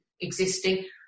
existing